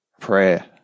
prayer